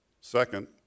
Second